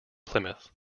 plymouth